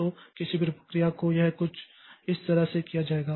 तो किसी भी प्रक्रिया तो यह कुछ इस तरह से किया जाएगा